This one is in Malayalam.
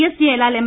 S Jayalal M